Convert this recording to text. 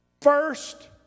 First